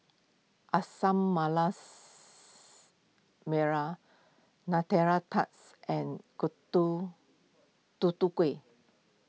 Merah Nutella Tarts and Tutu Kueh